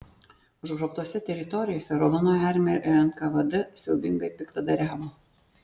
užgrobtose teritorijose raudonoji armija ir nkvd siaubingai piktadariavo